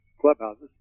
clubhouses